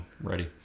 Ready